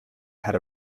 had